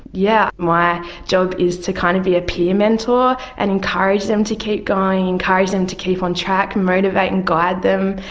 yeah, my job is to kind of be a peer mentor and encourage them to keep going and encourage them to keep on track, motivate and guide them.